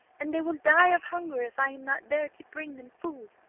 and they will die of hunger if i am not there to bring them food